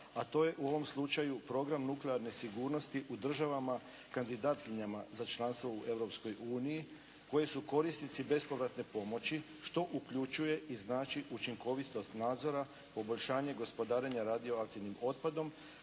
a to je u ovom slučaju nuklearne sigurnosti u državama kandidatkinjama za članstvo u Europskoj uniji koje su korisnici bespovratne pomoći što uključuje i znači učinkovitost nadzora, poboljšanje gospodarenja radioaktivnim otpadom